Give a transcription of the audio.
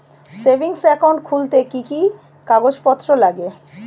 Savings account খুলতে কি কি কাগজপত্র লাগে?